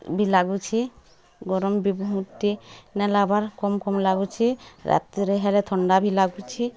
ବି ଲାଗୁଛି ଗରମ୍ ବି ବହୁତ୍ ନାଇଁ ଲାଗ୍ବାର କମ୍ କମ୍ ଲାଗୁଛି ରାତିରେ ହେରେ ବି ଥଣ୍ଡା ବି ଲାଗୁଛି